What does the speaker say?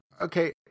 okay